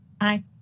Aye